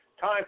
time